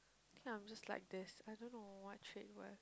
I think I'm just like this I don't know what trait